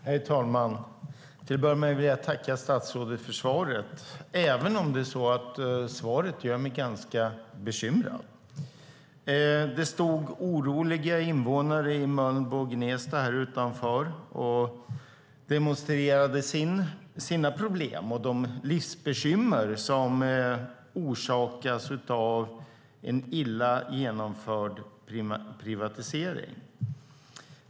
Herr talman! Till att börja med vill jag tacka statsrådet för svaret, även om det gör mig ganska bekymrad. Det stod oroliga invånare från Mölnbo och Gnesta här utanför och demonstrerade mot de problem och livsbekymmer som orsakas av en illa genomförd privatisering.